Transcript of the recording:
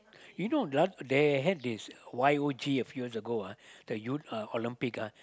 you know last they had this Y_O_G a few years ago ah the Youth uh Olympic ah